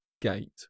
gate